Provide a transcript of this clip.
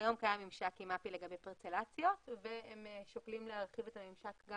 כיום קיים ממשק עם מפ"י לגבי פרצלציות והם שוקלים להרחיב את הממשק גם